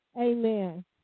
Amen